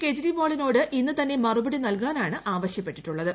കേജ്രിവാളിനോട് ഇന്ന് തന്നെ മറുപടി നൽകാനാണ് ആവശ്യപ്പെട്ടിട്ടുള്ളത്